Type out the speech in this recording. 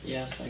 Yes